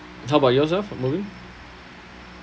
how about yourself mubin